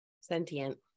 Sentient